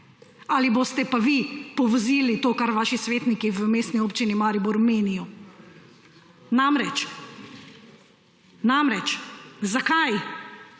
Ali boste pa vi povozili to, kar vaši svetniki v Mestni občini Maribor menijo? Zakaj